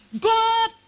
God